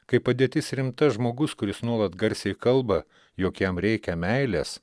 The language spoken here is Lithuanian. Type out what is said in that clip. kai padėtis rimta žmogus kuris nuolat garsiai kalba jog jam reikia meilės